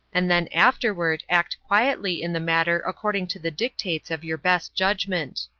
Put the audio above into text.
and then afterward act quietly in the matter according to the dictates of your best judgment.